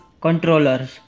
controllers